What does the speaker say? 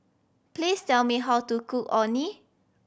please tell me how to cook Orh Nee